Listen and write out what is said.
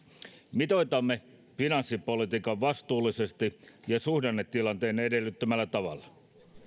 mitoitamme finanssipolitiikan vastuullisesti ja suhdannetilanteen edellyttämällä tavalla